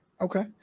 Okay